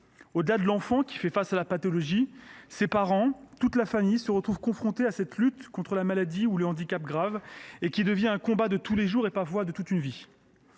Avec l’enfant qui fait face à la pathologie, ses parents et toute sa famille sont confrontés à cette lutte contre la maladie ou le handicap graves, qui devient un combat de tous les jours, parfois même de toute une vie.